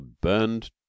burned